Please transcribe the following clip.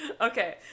Okay